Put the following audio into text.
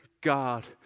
God